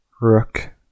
rook